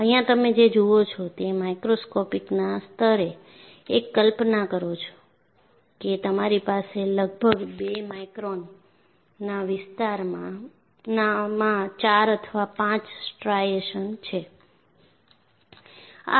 અહીંયા તમે જે જુઓ છો તે માઇક્રોસ્કોપિકના સ્તરે એક કલ્પના કરો કે તમારી પાસે લગભગ 2 માઇક્રોનના વિસ્તારમાં 4 અથવા 5 સ્ટ્રાઇશન્સ છે